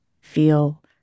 feel